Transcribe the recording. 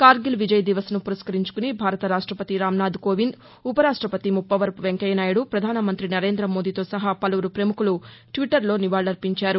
కార్గిల్ విజయ్ దివస్ను పురస్కరించుకుని భారత రాష్టపతి రామ్ నాథ్ కోవింద్ ఉపరాష్టపతి ముప్పవరపు వెంకయ్య నాయుడు ప్రధాన మంత్రి నరేంద్ర మోదీతో సహా పలువురు పముఖులు ట్విట్టర్లో నివాళులర్పించారు